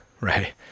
right